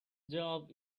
job